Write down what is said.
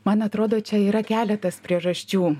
man atrodo čia yra keletas priežasčių